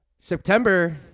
September